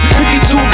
52